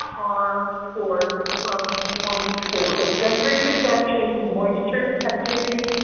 are scored from one to four, so sensory perception, moisture, activity,